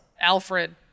Alfred